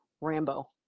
Rambo